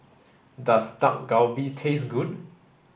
does Dak Galbi taste good